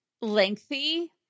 lengthy